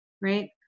right